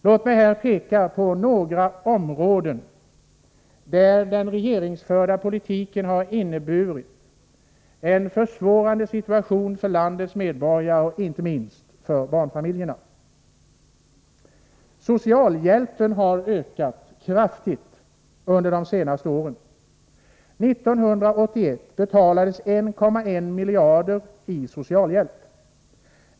Låt mig peka på några områden där den av regeringen förda politiken har inneburit en försvårad situation för landets medborgare, inte minst för barnfamiljerna. Socialhjälpen har ökat kraftigt under de senaste åren. 1981 betalades ut 1,1 miljarder i socialhjälp.